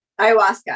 Ayahuasca